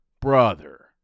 Brother